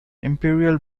imperial